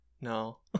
no